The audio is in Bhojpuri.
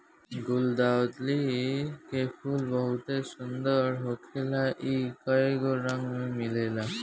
गुलदाउदी के फूल बहुते सुंदर होखेला इ कइगो रंग में मिलेला